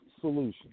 solution